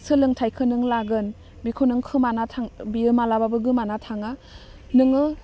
सोलोंथाइखौ नों लागोन बिखौ नों खोमाना थां बियो मालाबाबो गोमाना थाङा नोङो